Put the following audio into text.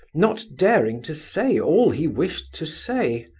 not daring to say all he wished to say.